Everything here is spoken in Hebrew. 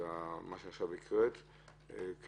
מה שקראת עכשיו,